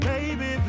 Baby